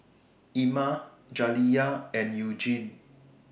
Ima Jaliyah and Eugene